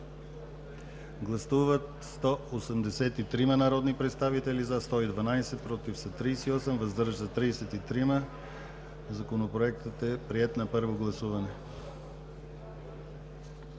Гласували 183 народни представители: за 112, против 38, въздържали се 33. Законопроектът е приет на първо гласуване.